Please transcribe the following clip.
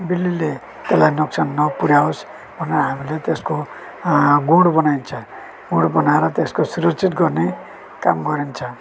बिल्लीले त्यसलाई नोक्सान नपुरऱ्याओस् भनेर हामीले त्यसको गुँड बनाइन्छ गुँड बनाएर त्यसको सुरक्षित गर्ने काम गरिन्छ